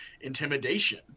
intimidation